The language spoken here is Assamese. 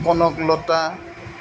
কনকলতা